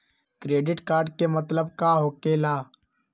Credit card के मतलब का होकेला?